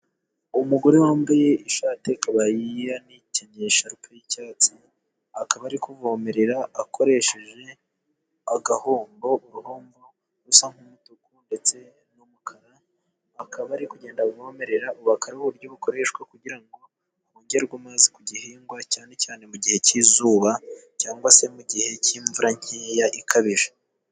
Umugore wambaye ishati akaba yanakenyeye isharupe y'icyatsi, akaba ari kuvomerera akoresheje agahombo. Uruhombo rusa nk'umutuku ndetse n'umukara, akaba ari kugenda avomerera ubu bukaba ari uburyo bukoreshwa kugira ngo hongerwe amazi ku gihingwa, cyane cyane mu gihe cy'izuba, cyangwa se mu gihe cy'imvura nkeya ikabije.